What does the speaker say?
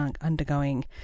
undergoing